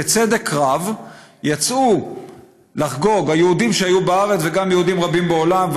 בצדק רב יצאו לחגוג היהודים שהיו בארץ וגם יהודים רבים בעולם,